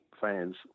fans